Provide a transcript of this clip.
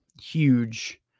huge